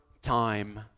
time